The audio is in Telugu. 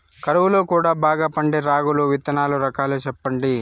కరువు లో కూడా బాగా పండే రాగులు విత్తనాలు రకాలు చెప్పండి?